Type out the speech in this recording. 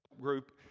group